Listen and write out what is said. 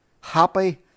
happy